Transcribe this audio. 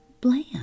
bland